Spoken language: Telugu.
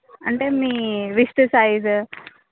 అంటే మీ రిస్ట్ సైజు